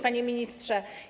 Panie Ministrze!